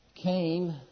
came